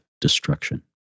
destruction